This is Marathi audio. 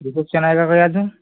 रिसेप्शन आहे का काही अजून